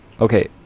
Okay